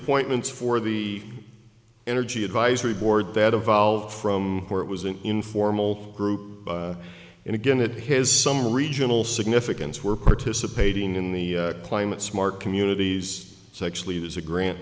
appointments for the energy advisory board that evolved from where it was an informal group and again it has some regional significance we're participating in the climate smart communities so actually there's a